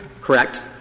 Correct